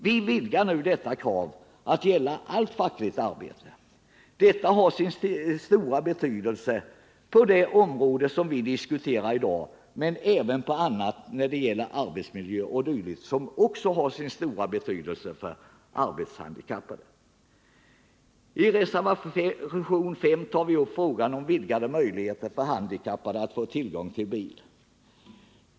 Vi vidgar nu detta krav till att gälla allt fackligt arbete. Detta har sin stora betydelse på det område som vi diskuterar i dag men även på andra områden, när det gäller arbetsmiljö o. d., som också är betydelsefulla för de arbetshandikappade. I reservationen 5 tar vi upp frågan om vidgade möjligheter för handikappade att få tillgång till bil.